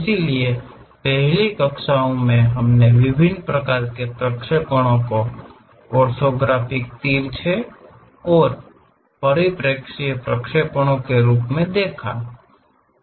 इसलिए पहले की कक्षाओं में हमने विभिन्न प्रकार के प्रक्षेपणों को ऑर्थोग्राफिक तिरछे और परिप्रेक्ष्य प्रक्षेपणों के रूप में देखा है